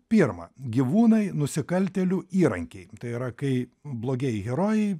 pirma gyvūnai nusikaltėlių įrankiai tai yra kai blogieji herojai